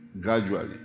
gradually